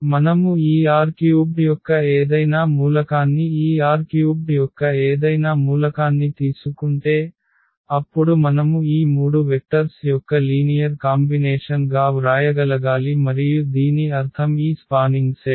మనము ఈ R³ యొక్క ఏదైనా మూలకాన్ని ఈ R³ యొక్క ఏదైనా మూలకాన్ని తీసుకుంటే అప్పుడు మనము ఈ మూడు వెక్టర్స్ యొక్క లీనియర్ కాంబినేషన్ గా వ్రాయగలగాలి మరియు దీని అర్థం ఈ స్పానింగ్ సెట్